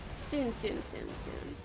soon soon soon soon